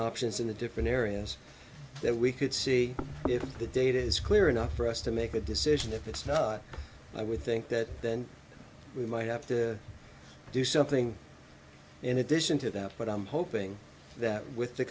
options in the different areas that we could see if the data is clear enough for us to make a decision if it's i would think that we might have to do something in addition to that but i'm hoping that with the